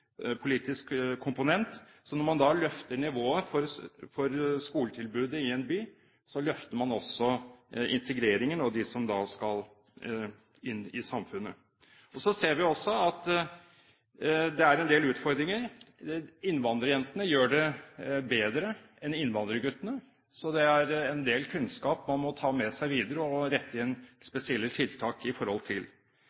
by, løfter man også integreringen og dem som skal inn i samfunnet. Så ser vi også at det er en del utfordringer. Innvandrerjentene gjør det bedre enn innvandrerguttene. Det er en del kunnskap man må ta med seg videre og rette inn